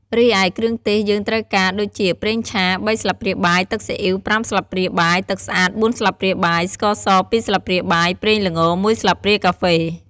រីឯ គ្រឿងទេសយើងត្រូវការ ដូចជា ប្រេងឆា ៣ ស្លាបព្រាបាយ ទឹកស៊ីអុីវ ៥ ស្លាបព្រាបាយ, ទឹកស្អាត ៤ ស្លាបព្រាបាយ, ស្ករស ២ ស្លាបព្រាបាយ , ប្រេងល្ង ១ ស្លាបព្រាកាហ្វេ។